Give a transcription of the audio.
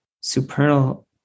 supernal